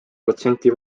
protsenti